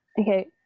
Okay